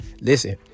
Listen